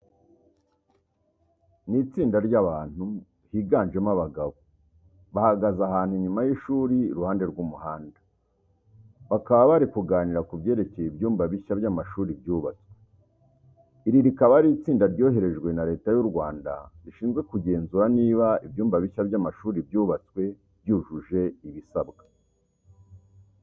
Ni itsinda ry'abantu, higanjemo abagabo, bahagaze ahantu inyuma y'ishuri iruhande rw'umuhanda. Bakaba bari kuganira ku byerekeye ibyumba bishya by'amashuri byubatswe. Iri rikaba ari itsinda ryoherejwe na Leta y'u Rwanda rishinzwe kugenzura niba ibyumba bishya by'amashuri byubatswe byujuje ibisabwa.